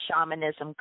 shamanism